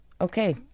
Okay